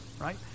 right